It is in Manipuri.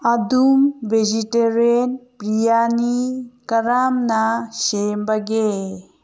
ꯑꯗꯨꯝ ꯕꯦꯖꯤꯇꯦꯔꯤꯌꯥꯟ ꯕꯤꯔꯌꯥꯅꯤ ꯀꯔꯝꯅ ꯁꯦꯝꯕꯒꯦ